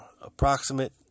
approximate